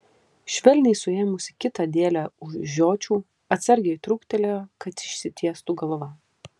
švelniai suėmusi kitą dėlę už žiočių atsargiai trūktelėjo kad išsitiestų galva